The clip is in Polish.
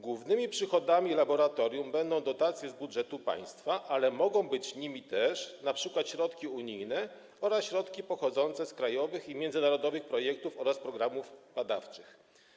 Głównymi przychodami laboratorium będą dotacje z budżetu państwa, ale mogą być nimi też środki unijne oraz środki pochodzące z krajowych i międzynarodowych projektów oraz programów badawczych.